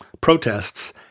protests